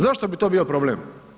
Zašto bi to bio problem?